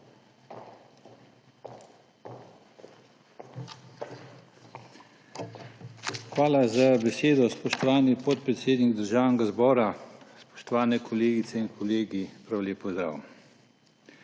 Hvala za besedo, spoštovani podpredsednik Državnega zbora. Spoštovane kolegice in kolegi, prav lep pozdrav!